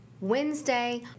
Wednesday